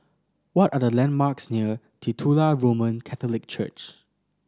what are the landmarks near Titular Roman Catholic Church